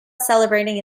celebrating